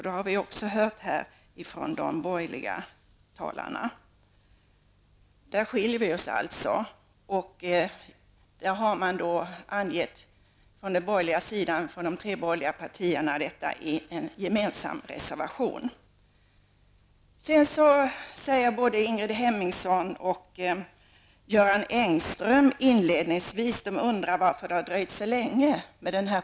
Detta har de borgerliga talarna tagit upp i sina anföranden. I det avseendet skiljer sig de tre borgerliga partierna från majoriteten i utskottet, och de har avgett en gemensam reservation. Ingrid Hemmingsson och Göran Engström undrade inledningsvis varför propositionen har dröjt så länge.